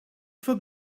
for